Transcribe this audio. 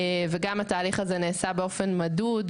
וגם התהליך הזה נעשה באופן מדוד,